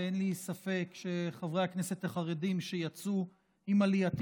ואין לי ספק שחברי הכנסת החרדים שיצאו עם עלייתי